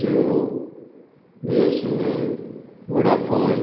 Jio BSNL Vodafone